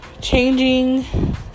changing